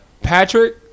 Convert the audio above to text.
Patrick